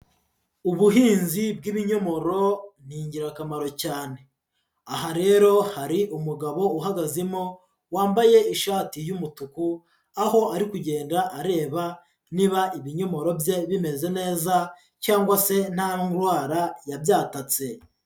Ubuhinzi bw'ibinyomoro ni ingirakamaro cyane, aha rero hari umugabo uhagazemo wambaye ishati y'umutuku aho ari kugenda areba niba ibinyomoro bye bimeze neza cyangwa se nta ndwara yabyatatse.